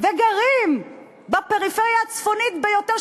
וגרים בפריפריה הצפונית ביותר,